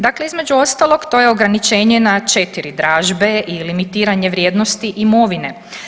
Dakle između ostalog, to je ograničenje na 4 dražbe i limitiranje vrijednosti imovine.